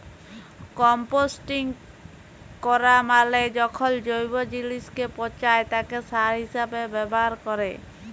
composting ক্যরা মালে যখল জৈব জিলিসকে পঁচায় তাকে সার হিসাবে ব্যাভার ক্যরে